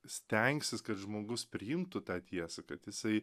stengsis kad žmogus priimtų tą tiesą kad jisai